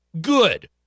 good